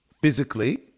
physically